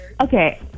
okay